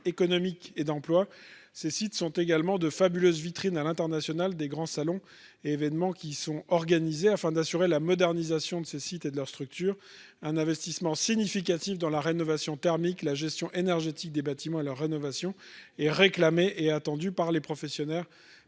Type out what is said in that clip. économique et d'emplois, ils sont également de fabuleuses vitrines à l'international des grands salons et événements qui y sont organisés. Afin d'assurer la modernisation des sites et de leurs structures, un investissement significatif dans la rénovation, notamment thermique, et la gestion énergétique des bâtiments est réclamé et attendu par les professionnels